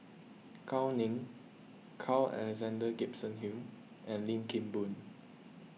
Gao Ning Carl Alexander Gibson Hill and Lim Kim Boon